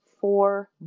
four